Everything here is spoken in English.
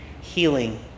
healing